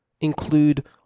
include